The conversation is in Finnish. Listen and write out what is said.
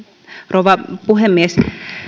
rouva puhemies